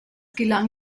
gelang